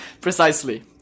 precisely